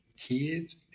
kids